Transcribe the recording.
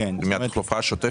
מתחלופה שוטפת?